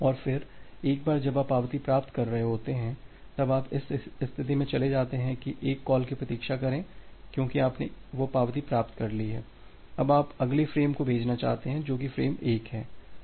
और फिर एक बार जब आप पावती प्राप्त कर रहे होते हैं तब आप इस स्थिति में चले जाते हैं कि एक कॉल की प्रतीक्षा करें क्योंकि आपने वह पावती प्राप्त कर ली है अब आप अगले फ्रेम को भेजना चाहते हैं जो कि फ्रेम 1 है